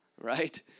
right